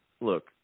look